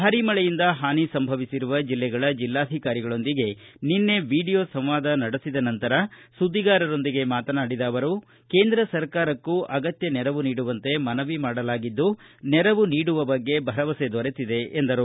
ಭಾರಿ ಮಳೆಯಿಂದ ಹಾನಿ ಸಂಭವಿಸಿರುವ ಜಿಲ್ಲೆಗಳ ಜಿಲ್ಲಾಧಿಕಾರಿಗಳೊಂದಿಗೆ ವಿಡಿಯೋ ಸಂವಾದ ನಡೆಸಿದ ನಂತರ ಸುದ್ದಿಗಾರರೊಂದಿಗೆ ಮಾತನಾಡಿದ ಅವರು ಕೇಂದ್ರ ಸರ್ಕಾರಕ್ಕೂ ಅಗತ್ತ ನೆರವು ನೀಡುವಂತೆ ಮನವಿ ಮಾಡಲಾಗಿದ್ದು ನೆರವು ನೀಡುವ ಬಗ್ಗೆ ಭರವಸೆ ದೊರೆತಿದೆ ಎಂದರು